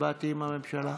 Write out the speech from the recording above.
הצבעתי עם הממשלה.